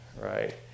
right